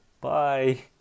bye